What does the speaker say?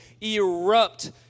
erupt